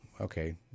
Okay